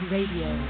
Radio